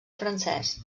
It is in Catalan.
francès